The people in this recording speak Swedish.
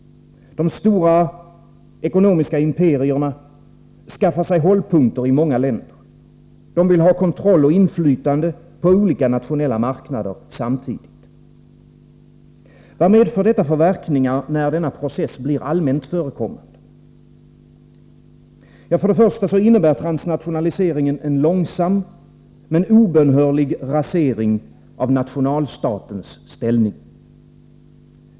De stora ekonomiska imperierna skaffar sig hållpunkter i många länder. De vill ha kontroll och inflytande på olika nationella marknader samtidigt. Vad får detta för verkningar när denna process blir allmänt förekommande? Till att börja med innebär transnationaliseringen en långsam men obönhörlig rasering av nationalstatens ställning.